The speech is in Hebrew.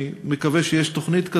אני מקווה שיש תוכנית כזו.